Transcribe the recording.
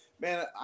Man